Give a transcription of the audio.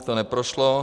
To neprošlo.